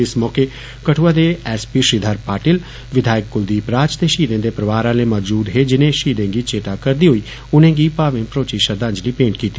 इस मौके कठुआ दे एस पी श्रीघर पाटिल विधायक कुलदीप राज ते शहीदें दे परोआर आह्ले मौजूद हे जिनें शहीदें गी चेता करदे होई उनेंगी भावें भरोची श्रद्वांजलि भेंट कीती